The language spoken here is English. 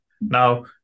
Now